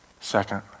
Second